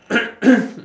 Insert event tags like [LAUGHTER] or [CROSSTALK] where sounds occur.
[COUGHS]